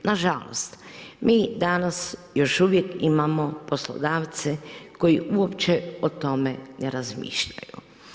Nažalost, mi danas još uvijek imamo poslodavce koji uopće o tome ne razmišljaju.